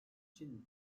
için